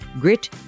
Grit